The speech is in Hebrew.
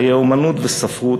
חיי אמנות וספרות,